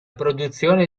produzione